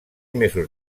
mesos